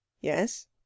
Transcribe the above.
Yes